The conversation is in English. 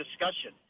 discussion